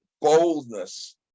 boldness